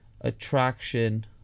attraction